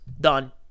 Done